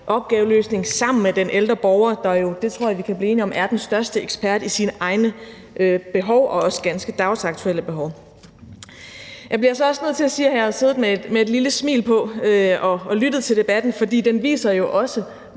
opgaveløsning sammen med den ældre borger, der jo – det tror jeg vi kan blive enige om – er den største ekspert i sine egne behov og også ganske dagsaktuelle behov. Jeg bliver så også nødt til at sige, at jeg har siddet med et lille smil på og lyttet til debatten. For den viser jo også,